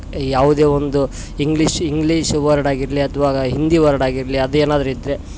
ಯಾವುದೇ ಒಂದು English English word ಆಗಿರಲಿ ಅಥ್ವಾ ಹಿಂದಿ ವರ್ಡ್ ಆಗಿರಲಿ ಅದು ಏನಾದರು ಇದ್ದರೆ